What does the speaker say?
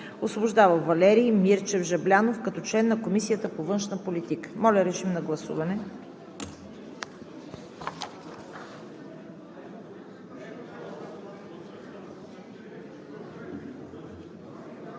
Освобождава Валери Мирчев Жаблянов като член на Комисията по външна политика.“ Гласували